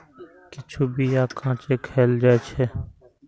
किछु बीया कांचे खाएल जाइ छै